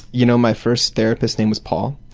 you know, my first therapist's name was paul,